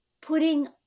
putting